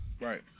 right